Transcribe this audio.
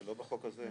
זה לא בחוק הזה.